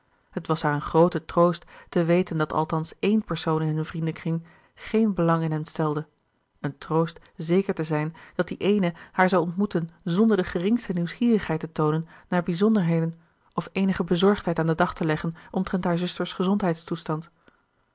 het was haar een groote troost te weten dat althans ééne persoon in hun vriendenkring géén belang in hen stelde een troost zeker te zijn dat die eene haar zou ontmoeten zonder de geringste nieuwsgierigheid te toonen naar bijzonderheden of eenige bezorgdheid aan den dag te leggen omtrent haar zuster's